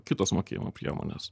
kitos mokėjimo priemonės